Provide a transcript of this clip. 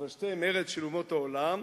שכבשתם ארץ של אומות העולם"